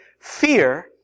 fear